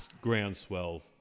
groundswell